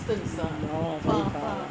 oh very far lah